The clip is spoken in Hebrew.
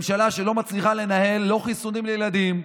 ממשלה שלא מצליחה לנהל לא חיסונים לילדים,